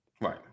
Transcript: Right